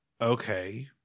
Okay